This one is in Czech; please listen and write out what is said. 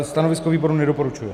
Stanovisko výboru: nedoporučuje.